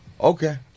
Okay